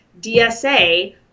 DSA